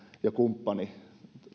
ja kumppani